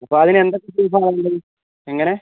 അപ്പോൾ അതിന് എന്തൊക്കെ പ്രൂഫ് ആണ് ആവശ്യം എങ്ങനെ